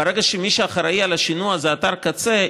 ברגע שמי שאחראי לשינוע זה אתר קצה,